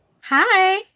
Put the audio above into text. Hi